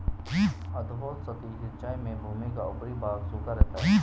अधोसतही सिंचाई में भूमि का ऊपरी भाग सूखा रहता है